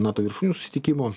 nato viršūnių susitikimo